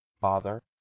Father